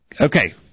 Okay